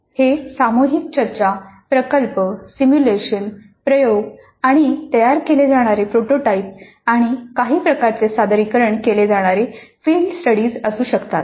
हे सामूहिक चर्चा प्रकल्प सिम्युलेशन प्रयोग आणि तयार केले जाणारे प्रोटोटाइप आणि काही प्रकारचे सादरीकरण केले जाणारे फील्ड स्टडीज असू शकतात